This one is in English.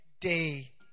day